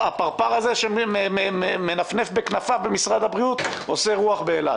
הפרפר הזה שמנפנף בכנפיו במשרד הבריאות עושה רוח באילת.